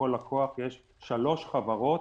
לכל לקוח יש שלוש חברות